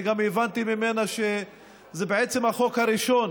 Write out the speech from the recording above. אני הבנתי ממנה שזה בעצם החוק הראשון